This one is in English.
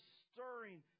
stirring